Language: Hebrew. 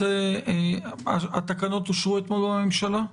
התקנות אושרו אתמול בממשלה?